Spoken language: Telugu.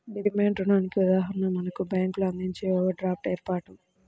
డిమాండ్ రుణానికి ఉదాహరణ మనకు బ్యేంకులు అందించే ఓవర్ డ్రాఫ్ట్ ఏర్పాటు